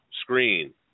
Screen